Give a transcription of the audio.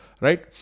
Right